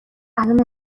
الان